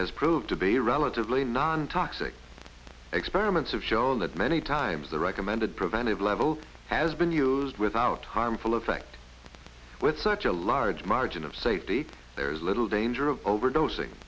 has proved to be relatively nontoxic experiments have shown that many times the recommended preventive level has been used without harmful effects with such a large margin of safety there is little danger of overdosing